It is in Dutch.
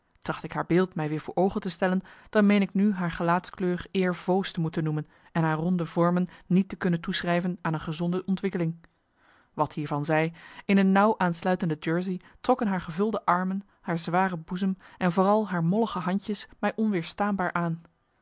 ik haar beeld mij weer voor oogen te stellen dan meen ik nu haar gelaatskleur eer voos te moeten noemen en haar ronde vormen niet te kunnen toeschrijven aan een gezonde ontwikkeling wat hiervan zij in een nauw aansluitende jersey trokken haar gevulde armen haar zware boezem en vooral haar mollige handjes mij onweerstaanbaar aan